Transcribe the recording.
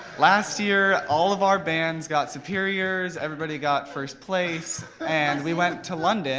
last year all of our bands got superiors, everybody got first place and we went to london